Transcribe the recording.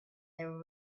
there